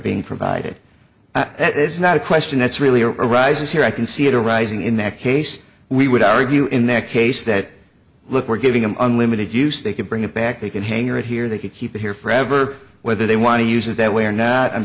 being provided and that is not a question that's really arises here i can see it arising in that case we would argue in their case that look we're giving them unlimited use they can bring it back they can hang around here they can keep it here forever whether they want to use it that way or now i'm